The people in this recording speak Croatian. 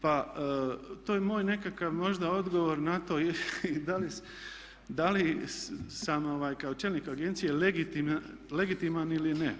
Pa to je moj nekakav možda odgovor na to da li sam kao čelnik agencije legitiman ili ne.